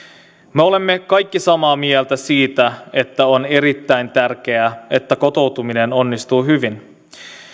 me olemme kaikki samaa mieltä siitä että on erittäin tärkeää että kotoutuminen onnistuu hyvin